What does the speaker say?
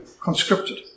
conscripted